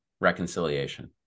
reconciliation